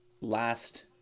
last